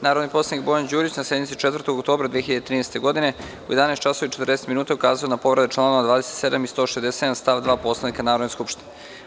Narodni poslanik Bojan Đurić, na sednici 4. oktobra 2013. godine, u 11 časova i 40 minuta, ukazao je na povrede članova 27. i 167. stav 2. Poslovnika Narodne skupštine.